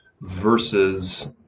versus